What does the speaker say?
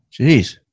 Jeez